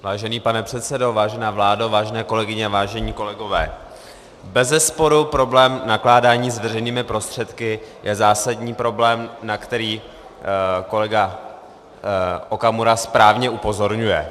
Vážený pane předsedo, vážená vládo, vážené kolegyně, vážení kolegové, bezesporu problém nakládání s veřejnými prostředky je zásadní problém, na který kolega Okamura správně upozorňuje.